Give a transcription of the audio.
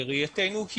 לראייתנו,